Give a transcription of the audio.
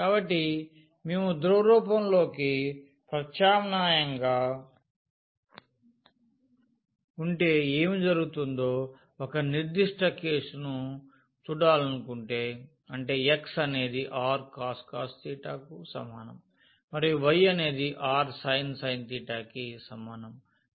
కాబట్టి మేము ధ్రువ రూపంలోకి ప్రత్యామ్నాయం చేస్తే ఏమి జరుగుతుందో ఒక నిర్దిష్ట కేసును చూడాలనుకుంటే అంటే x అనేది rcos కు సమానం మరియు y అనేది r కి సమానం